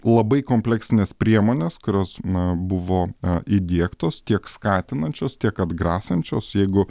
labai kompleksinės priemonės kurios na buvo įdiegtos tiek skatinančios tiek atgrasančios jeigu